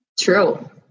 True